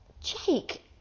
Jake